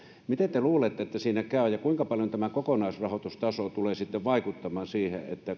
miten te luulette että siinä käy ja kuinka paljon tämä kokonaisrahoitustaso tulee vaikuttamaan siihen